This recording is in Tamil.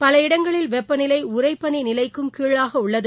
பல இடங்களில் வெப்பநிலைஉறைபனிநிலைக்கும் கீழாகஉள்ளது